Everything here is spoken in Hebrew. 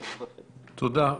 תודה.